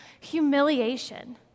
humiliation